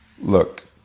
Look